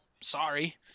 Sorry